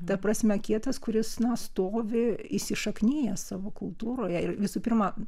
ta prasme kietas kuris na stovi įsišaknijęs savo kultūroje ir visų pirma